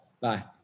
Bye